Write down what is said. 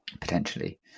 potentially